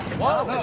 whoa,